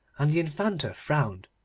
and the infanta frowned,